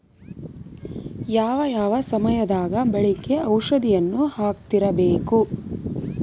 ಯಾವ ಯಾವ ಸಮಯದಾಗ ಬೆಳೆಗೆ ಔಷಧಿಯನ್ನು ಹಾಕ್ತಿರಬೇಕು?